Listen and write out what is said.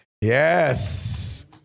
Yes